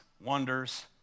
wonders